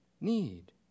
need